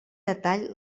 detall